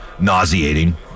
Nauseating